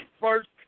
first